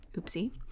oopsie